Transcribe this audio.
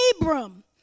Abram